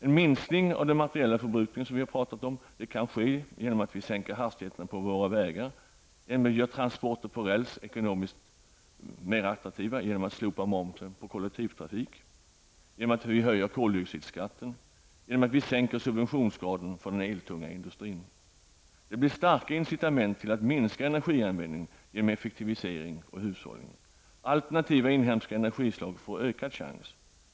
En minskning av den materiella förbrukningen, som vi har talat om, kan ske genom att vi sänker hastigheterna på våra vägar, genom att vi gör transporter på räls ekonomiskt mer attraktiva, genom att vi slopar momsen på kollektivtrafiken, genom att vi höjer koldioxidskatten och genom att vi sänker subventionsgraden för den eltunga industrin. Detta blir starka incitament till att minska energianvändningen genom effektivisering och hushållning. Alternativa inhemska energislag får ökad chans.